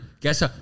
guess